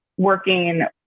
working